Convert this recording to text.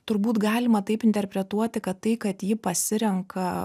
turbūt galima taip interpretuoti kad tai kad ji pasirenka